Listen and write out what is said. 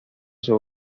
sus